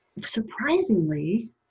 surprisingly